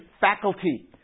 faculty